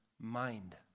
mind